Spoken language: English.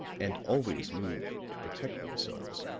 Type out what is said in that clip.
and always move to protect themselves,